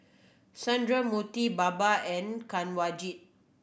Sundramoorthy Baba and Kanwaljit